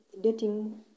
dating